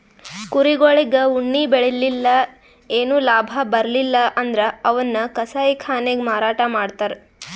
ಕುರಿಗೊಳಿಗ್ ಉಣ್ಣಿ ಬೆಳಿಲಿಲ್ಲ್ ಏನು ಲಾಭ ಬರ್ಲಿಲ್ಲ್ ಅಂದ್ರ ಅವನ್ನ್ ಕಸಾಯಿಖಾನೆಗ್ ಮಾರಾಟ್ ಮಾಡ್ತರ್